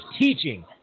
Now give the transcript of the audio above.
teaching